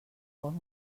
com